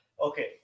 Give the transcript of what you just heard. okay